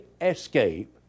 escape